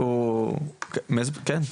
שלום אסף, בוקר טוב.